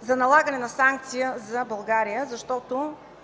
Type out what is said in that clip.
за налагане на санкция на България, защото